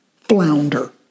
flounder